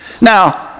Now